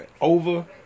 over